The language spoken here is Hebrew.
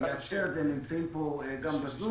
הם נמצאים פה גם בזום.